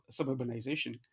suburbanization